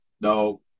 no